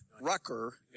Rucker